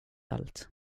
allt